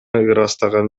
ырастаган